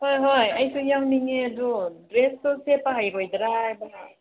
ꯍꯣꯏ ꯍꯣꯏ ꯑꯩꯁꯨ ꯌꯥꯎꯅꯤꯡꯉꯦ ꯑꯗꯨ ꯗ꯭ꯔꯦꯁꯇꯨ ꯁꯦꯠꯄ ꯍꯩꯔꯣꯏꯗ꯭ꯔꯥ ꯍꯥꯏꯕ